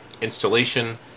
installation